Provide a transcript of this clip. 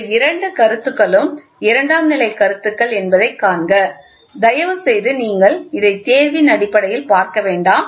இந்த இரண்டு கருத்துக்களும் இரண்டாம் நிலை கருத்துக்கள் என்பதைக் காண்க தயவு செய்து நீங்கள் இதை தேர்வின் அடிப்படையில் பார்க்க வேண்டாம்